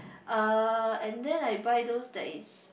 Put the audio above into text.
uh and then I buy those that is